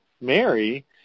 Mary